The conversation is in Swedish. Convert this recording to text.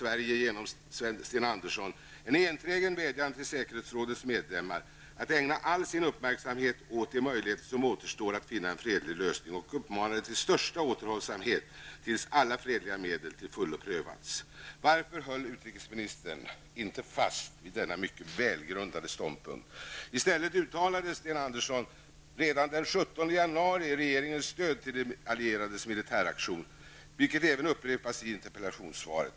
Sverige genom Sten Andersson en enträgen vädjan till säkerhetsrådets medlemmar ''att ägna all sin uppmärksamhet åt de möjligheter som återstår att finna en fredlig lösning'' och uppmanade till ''största återhållsamhet tills alla fredliga medel till fullo prövats''. Varför höll inte utrikesministern fast vid denna mycket välgrundade ståndpunkt? I stället uttalade Sten Andersson redan den 17 januari regeringens stöd till de allierades militäraktion, vilket även upprepas i interpellationssvaret.